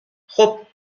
خوب